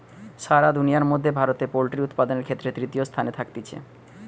সারা দুনিয়ার মধ্যে ভারতে পোল্ট্রি উপাদানের ক্ষেত্রে তৃতীয় স্থানে থাকতিছে